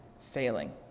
failing